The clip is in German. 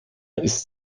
ist